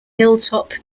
hilltop